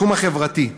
בתחום החברתי,